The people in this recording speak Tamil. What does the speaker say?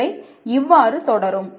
இவை இவ்வாறு தொடரும்